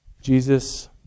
Jesus